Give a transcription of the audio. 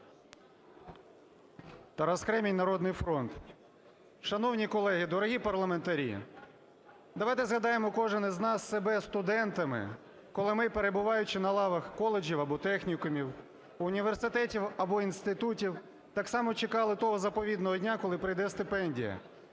Тарас Кремінь, "Народний фронт". Шановні колеги, дорогі парламентарі! Давайте згадаємо, кожен із нас, себе студентами, коли ми, перебуваючи на лавах коледжів або технікумів, університетів або інститутів, так само чекали того заповідного дня, коли прийде стипендія.